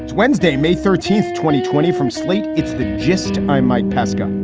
wednesday, may thirteenth, twenty twenty from sleep. it's the gist. i'm mike pesca.